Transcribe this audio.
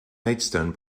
maidstone